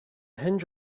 hinge